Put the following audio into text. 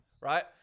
right